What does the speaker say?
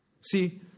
See